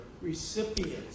recipients